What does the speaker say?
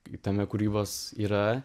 tame kūrybos yra